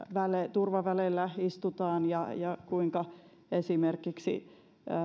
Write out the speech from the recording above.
turvaväleillä istutaan ja ja kuinka esimerkiksi